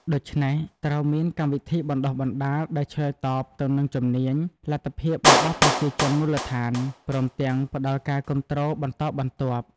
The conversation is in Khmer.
ដូច្នេះ ត្រូវមានកម្មវិធីបណ្តុះបណ្តាលដែលឆ្លើយតបទៅនឹងជំនាញ លទ្ធភាពរបស់ប្រជាជនមូលដ្ឋាន ព្រមទាំងផ្តល់ការគាំទ្របន្តបន្ទាប់។